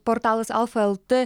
portalas alfa lt